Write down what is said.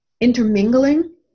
intermingling